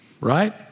Right